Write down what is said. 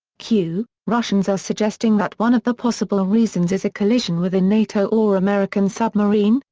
q russians are suggesting that one of the possible reasons is a collision with a nato or american submarine,